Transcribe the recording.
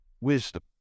Wisdom